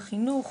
החינוך.